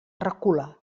recula